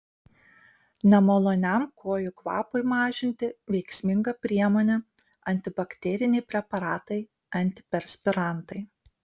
nemaloniam kojų kvapui mažinti veiksminga priemonė antibakteriniai preparatai antiperspirantai